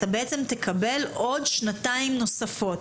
אתה בעצם תקבל עוד שנתיים נוספות.